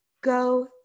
go